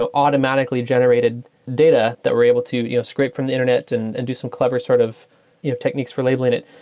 ah automatically generated data that were able to scrape from the internet and and do some clever sort of you know techniques for labeling it,